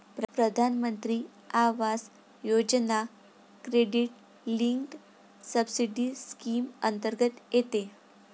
प्रधानमंत्री Awas Yojana credit linked subsidy scheme अंतर्गत येते